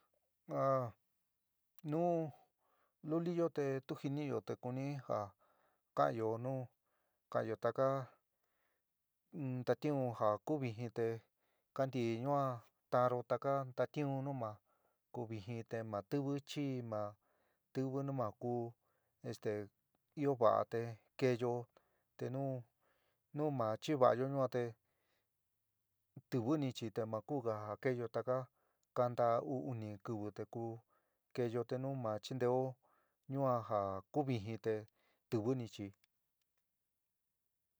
nu luliyo te tu jiniyo te kuni ja kaanyo nu kanyo takaa in ntatiún ja kuvijɨ te kanti ñuan ta'anro taka ntatiún nu ma ku vijɨn te ma tiwi chií ma tiwi nu ma ku este ɨó va'a te keéyo te nu nu ma chiva'ayo ñua te tiwi ni chi te makuga ja keéyo taka kanta uu, uni kiwi te ku keéyo te nu ma chintéo yuan ja kuvijin te tiwini chií.